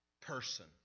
person